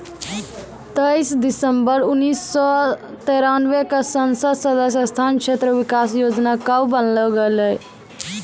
तेइस दिसम्बर उन्नीस सौ तिरानवे क संसद सदस्य स्थानीय क्षेत्र विकास योजना कअ बनैलो गेलैय